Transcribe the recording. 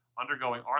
undergoing